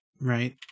right